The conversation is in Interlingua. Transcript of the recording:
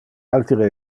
altere